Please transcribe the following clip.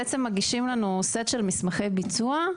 בעצם מגישים לנו סט של מסמכי ביצוע,